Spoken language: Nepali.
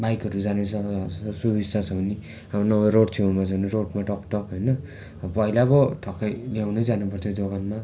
बाइकहरू जाने सुविधा छ भने नभए रोड छेउमा छ भने रोडमा टकटक होइन पहिला पो ठक्कै ल्याउनै जानु पर्थ्यो दोकानमा